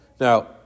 Now